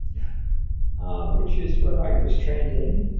yeah ah which is what i was trained in.